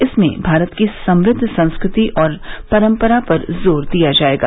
इसमें भारत की समृद्व संस्कृति और परम्परा पर जोर दिया जाएगा